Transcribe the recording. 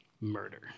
Murder